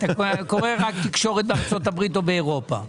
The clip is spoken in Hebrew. אתה קורא רק תקשורת בארצות הברית או באירופה.